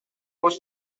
was